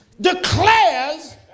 declares